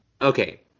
Okay